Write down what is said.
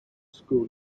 school